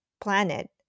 planet